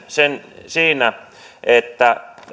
sen suhteen että